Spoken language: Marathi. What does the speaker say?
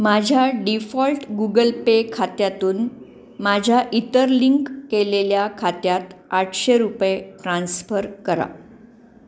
माझ्या डीफॉल्ट गुगल पे खात्यातून माझ्या इतर लिंक केलेल्या खात्यात आठशे रुपये ट्रान्स्फर करा